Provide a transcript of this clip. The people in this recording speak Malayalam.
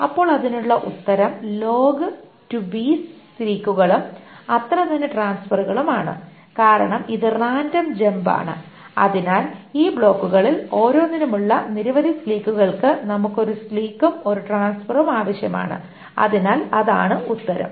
അപ്പോൾ അതിനുള്ള ഉത്തരം സീക്സുകളും അത്ര തന്നെ ട്രാൻസ്ഫെറുകളും ആണ് കാരണം ഇത് റാൻഡം ജമ്പ്സ് ആണ് അതിനാൽ ഈ ബ്ലോക്കുകളിൽ ഓരോന്നിനുമുള്ള നിരവധി സീക്കുകൾക്ക് നമുക്ക് ഒരു സീക്കും ഒരു ട്രാൻസ്ഫറും ആവശ്യമാണ് അതിനാൽ അതാണ് ഉത്തരം